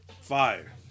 Fire